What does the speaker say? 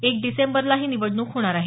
एक डिसेंबरला ही निवडणूक होणार आहे